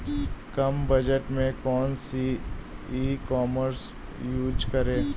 कम budget में कौन सी ई कॉमर्स यूज़ करें?